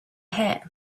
hat